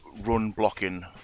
run-blocking